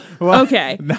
okay